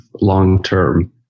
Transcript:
long-term